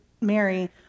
Mary